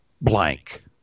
Blank